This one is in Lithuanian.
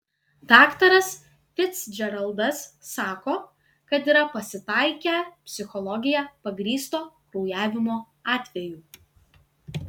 daktaras ficdžeraldas sako kad yra pasitaikę psichologija pagrįsto kraujavimo atvejų